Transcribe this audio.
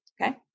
Okay